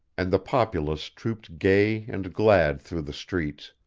and the populace trooped gay and glad through the streets,